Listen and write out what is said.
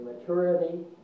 maturity